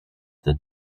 the